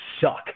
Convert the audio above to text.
suck